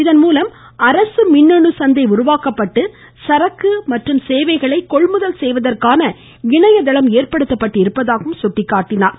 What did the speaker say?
இதன்மூலம் அரசு மின்னணு சந்தை உருவாக்கப்பட்டு சரக்கு மற்றும் சேவைகளை கொள்முதல் செய்வதற்கான இணையதளம் ஏற்படுத்தப்பட்டிப்பதாகவும் சுட்டிக்காட்டினார்